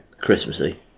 Christmassy